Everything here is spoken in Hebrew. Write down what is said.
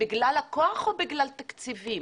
בגלל הכוח או בגלל תקציבים?